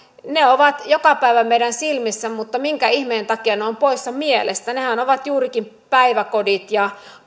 ne ovat joka päivä meidän silmissämme mutta minkä ihmeen takia ne ovat poissa mielestä nehän ovat juurikin päiväkodit ja